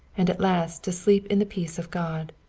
and at last to sleep in the peace of god.